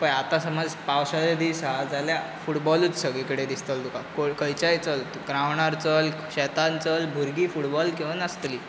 पळय आतां समज पावसाळे दिस आहा जाल्यार फुटबॉलूच सगळें कडेम दिसतलो तुका कोण खंयच्याय चल तूं ग्रांवडार चल शेतांत चल भुरगीं फुटबॉल खेळून आसतलीं